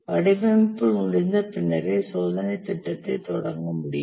வடிவமைப்பு முடிந்த பின்னரே சோதனைத் திட்டத்தை தொடங்க முடியும்